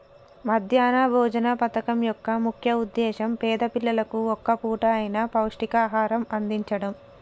మధ్యాహ్న భోజన పథకం యొక్క ముఖ్య ఉద్దేశ్యం పేద పిల్లలకు ఒక్క పూట అయిన పౌష్టికాహారం అందిచడం